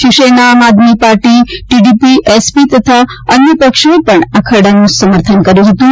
Shiv Sena Aam Aadmi Party TDP SP અને અન્ય પક્ષોએ પણ આ ખરડાનું સમર્થન કર્યું હતું